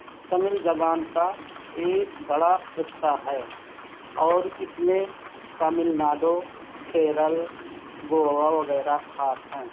تمل زبان کا ایک بڑا خطہ ہے اور اس میں تمل ناڈو کیرل گووا وغیرہ خاص ہیں